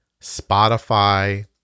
Spotify